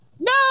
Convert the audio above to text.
No